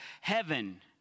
heaven